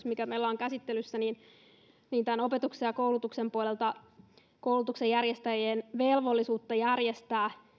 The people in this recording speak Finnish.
mikä meillä on käsittelyssä on tämän opetuksen ja koulutuksen puolelta näin että koulutuksen järjestäjien velvollisuutta järjestää